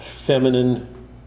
feminine